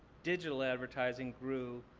digital advertising grew,